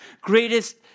greatest